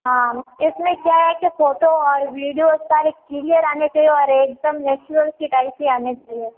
हाँ इस में क्या है कि फोटो और वीडियो सारे क्लियर आने चाहिए और एक दम नेचुरल की टाइप सी आने चाहिए